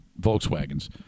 Volkswagens